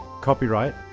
Copyright